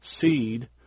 seed